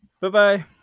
Bye-bye